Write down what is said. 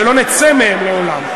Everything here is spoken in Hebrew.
שלא נצא מהם לעולם.